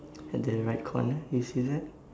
at the right corner you see that